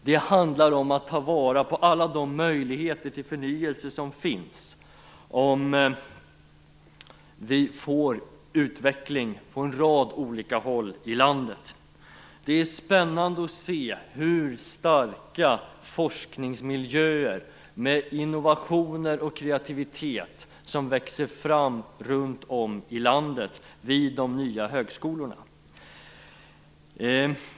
Det handlar om att ta vara på alla möjligheter till förnyelse som finns, om vi får utveckling på en rad olika håll i landet. Det är spännande att se de starka forskningsmiljöer med innovationer och kreativitet som växer fram runt om i landet vid de nya högskolorna.